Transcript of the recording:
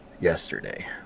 yesterday